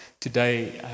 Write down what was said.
today